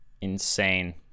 insane